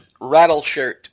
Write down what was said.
Rattleshirt